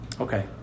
Okay